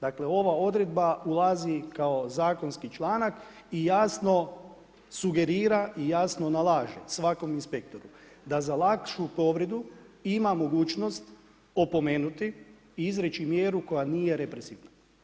Dakle, ova odredba ulazi kao zakonski članak i jasno sugerira i jasno nalaže svakom inspektoru da za lakšu povredu ima mogućnost opomenuti izreći mjeru koja nije represivna.